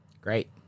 Great